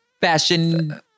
fashion